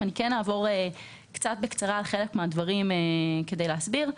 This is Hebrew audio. ואני אעבור בקצרה על חלק מהדברים כדי להסביר.